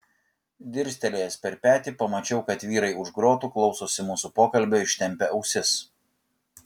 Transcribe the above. dirstelėjęs per petį pamačiau kad vyrai už grotų klausosi mūsų pokalbio ištempę ausis